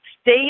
Stay